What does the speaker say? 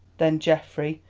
then geoffrey,